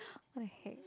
what the heck